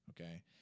Okay